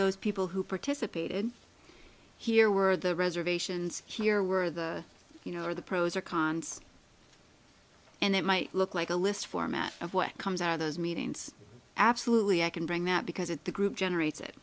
those people who participated here were the reservations here were the you know or the pros or cons and it might look like a list format of what comes out of those meetings absolutely i can bring that because it the group generates it